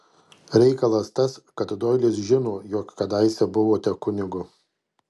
reikalas tas kad doilis žino jog kadaise buvote kunigu